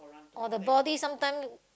or the body sometime